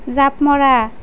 জাঁপ মৰা